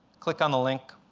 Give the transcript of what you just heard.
click on the link,